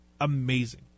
amazing